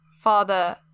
Father